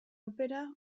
opera